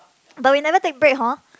but we never take break horn